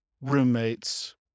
roommates